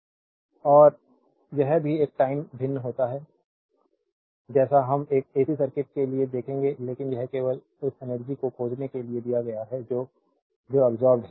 देखें slide time 3420 और यह भी एक टाइम भिन्न होता है जिसे हम एक एसी सर्किट के लिए देखेंगे लेकिन यह केवल उस एनर्जी को खोजने के लिए दिया गया है जो जौ अब्सोर्बेद है